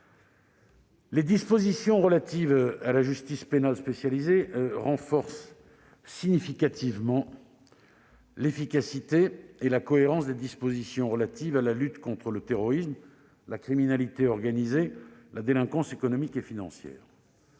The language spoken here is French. Les dispositions relatives à la justice pénale spécialisée améliorent significativement l'efficacité et la cohérence de la lutte contre le terrorisme, la criminalité organisée, la délinquance économique et financière.